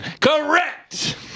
Correct